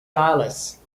alice